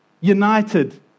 United